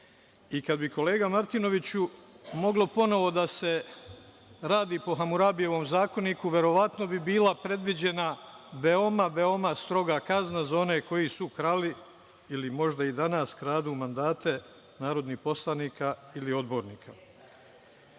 bi, kolega Martinoviću, moglo ponovo da se radi po Hamurabijevom zakoniku, verovatno bi bila predviđena veoma, veoma stroga kazna za one koji su krali ili možda i danas kradu mandate narodnih poslanika ili odbornika. Ja